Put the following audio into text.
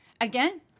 Again